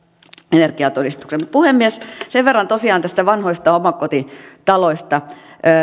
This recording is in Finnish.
energiatodistuksen puhemies tosiaan näistä vanhoista omakotitaloista